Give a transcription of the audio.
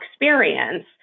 experience